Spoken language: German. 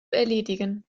erledigen